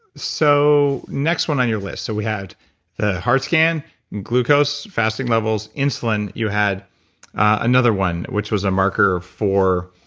so, next one on your list. so, we had the heart scan and glucose fasting levels. insulin. you had another one, which was a marker for